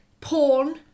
porn